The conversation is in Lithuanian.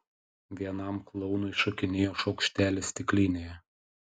vienam klounui šokinėjo šaukštelis stiklinėje